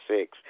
six